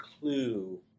clue